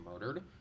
murdered